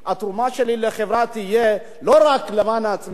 התרומה שלי לחברה תהיה לא רק למען עצמי,